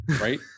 right